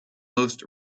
most